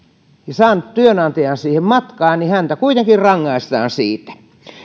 saanut työnantajan siihen matkaan niin häntä kuitenkin rangaistaan siitä